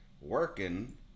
working